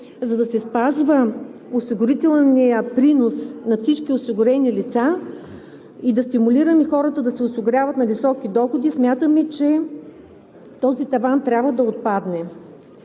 за да се спазва осигурителният принос на всички осигурени лица и да стимулираме хората да се осигуряват на високи доходи, че този таван трябва да отпадне.